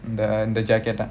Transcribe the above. the the jacket